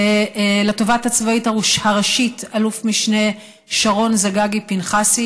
לתובעת הצבאית הראשית אל"מ שרון זגגי-פנחס,